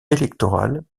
électorale